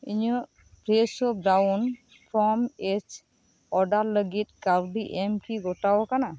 ᱤᱧᱟᱹᱜ Fresho brown farm egg order ᱞᱟᱜᱤᱫ ᱠᱟᱣᱰᱤ ᱮᱢ ᱠᱤ ᱜᱚᱴᱟᱣ ᱠᱟᱱᱟ